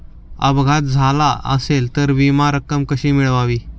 अपघात झाला असेल तर विमा रक्कम कशी मिळवावी?